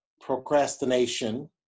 procrastination